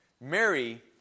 Mary